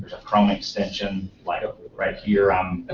chrome extension right ah right here um